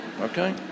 Okay